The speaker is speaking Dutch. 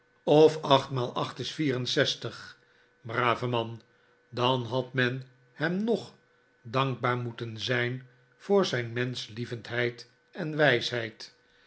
of achtmaal acht is vier en zestig brave man dan had men hem nog dankbaar moeten zijn voor zijn menschlievendheid en wijsheid